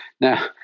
Now